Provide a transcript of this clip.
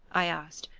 i asked,